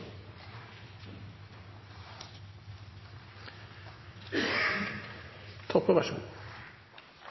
Toppe.